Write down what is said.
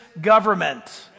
government